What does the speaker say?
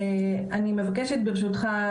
אני מבקשת ברשותך,